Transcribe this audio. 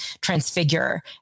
transfigure